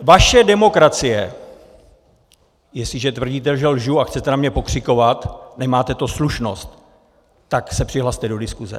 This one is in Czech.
Vaše demokracie Jestliže tvrdíte, že lžu, a chcete na mě pokřikovat, nemáte tu slušnost, tak se přihlaste do diskuse.